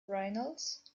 reynolds